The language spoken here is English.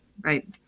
right